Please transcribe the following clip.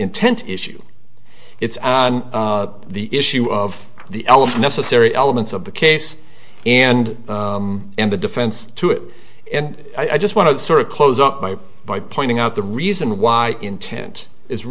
intent issue it's the issue of the element necessary elements of the case and and the defense to it and i just want to sort of close up by by pointing out the reason why intent i